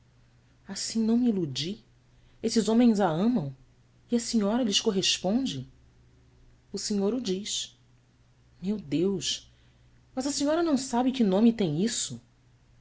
assim não me iludi esses homens a amam e a senhora lhes corresponde senhor o diz eu eus as a senhora não sabe que nome tem isso